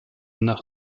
nach